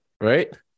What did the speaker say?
right